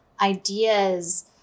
ideas